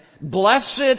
Blessed